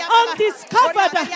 undiscovered